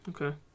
Okay